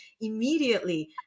immediately